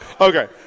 Okay